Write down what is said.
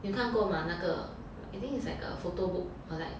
你有看过吗那个 I think it's like a photo book or like